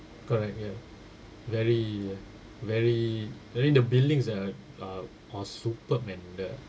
correct ya very very very the buildings ah are are superb man the